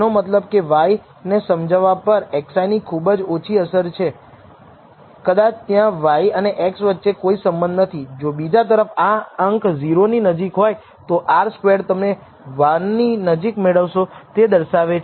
હવે એકવાર તે સ્પષ્ટ થઈ જાય કે આપણે ખરેખર હવે કોન્ફિડન્સ ઈન્ટર્વલસ બનાવી શકીએ છીએ કે શું આ નોંધપાત્ર છે કે નહીં અથવા R પોતે તમને કંઈક કહે છે કે શું તમે આ પૂર્વધારણા પરીક્ષણ ચલાવો છો કે કેમ કે તમે નિષ્કર્ષ લાવી શકો કે β̂₀ નોંધપાત્ર છે અથવા β̂1 એક નોંધપાત્ર છે અને તે આ p મૂલ્ય દ્વારા સૂચવવામાં આવે છે કે તે અહેવાલ છે